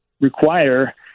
require